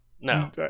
No